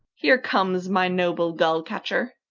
here comes my noble gull-catcher.